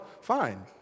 Fine